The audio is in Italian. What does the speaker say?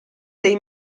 dei